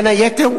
בין היתר,